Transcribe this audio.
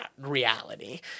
reality